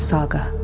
Saga